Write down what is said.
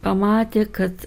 pamatė kad